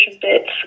bits